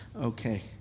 Okay